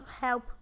help